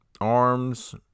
arms